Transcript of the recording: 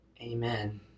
Amen